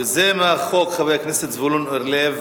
יוזם החוק, חבר הכנסת זבולון אורלב,